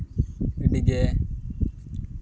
ᱟᱹᱰᱤᱜᱮ